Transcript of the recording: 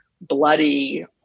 bloody